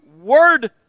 word